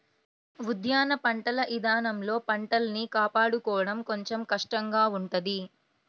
ఉద్యాన పంటల ఇదానంలో పంటల్ని కాపాడుకోడం కొంచెం కష్టంగా ఉంటది